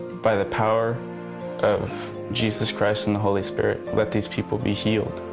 by the power of jesus christ and the holy spirit, let these people be healed.